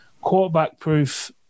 quarterback-proof